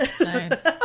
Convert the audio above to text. Nice